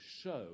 show